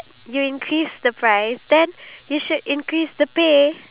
boss or your C_E_O of the company that you working in